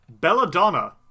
Belladonna